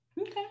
Okay